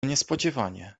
niespodziewanie